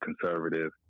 conservative